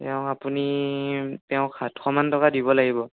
তেওঁক আপুনি তেওঁক সাতশ মান টকা দিব লাগিব